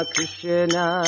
Krishna